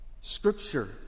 Scripture